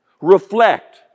reflect